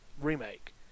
remake